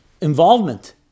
involvement